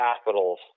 Capitals